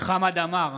חמד עמאר,